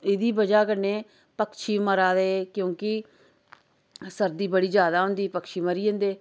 एह्दी वजह कन्नै पक्षी मरा दे क्योंकि सर्दी बड़ी ज्यादा हुंदी पक्षी मरी जंदे